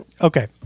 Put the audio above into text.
Okay